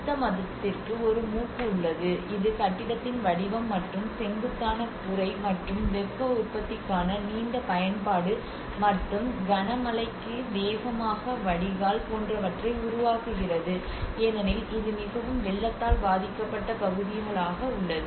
புத்த மதத்திற்கு ஒரு மூப்பு உள்ளது இது கட்டிடத்தின் வடிவம் மற்றும் செங்குத்தான கூரை மற்றும் வெப்ப உற்பத்திக்கான நீண்ட பயன்பாடு மற்றும் கன மழைக்கு வேகமாக வடிகால் போன்றவற்றை உருவாக்குகிறது ஏனெனில் இது மிகவும் வெள்ளத்தால் பாதிக்கப்பட்ட பகுதிகளாக உள்ளது